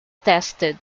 tested